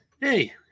hey